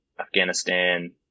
Afghanistan